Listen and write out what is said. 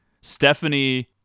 stephanie